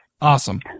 Awesome